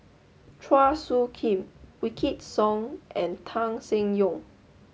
Chua Soo Khim Wykidd Song and Tan Seng Yong